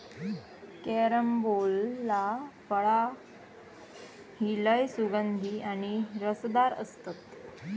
carambola फळा ही लय सुगंधी आणि रसदार असतत